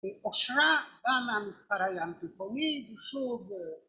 ‫היא עושרה, באה מהמספר הים תיכוני, היא שוב אה...